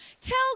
Tell